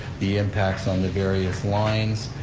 the impacts on the various lines.